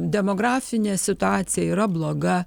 demografinė situacija yra bloga